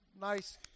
nice